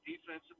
defensive